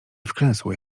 wklęsły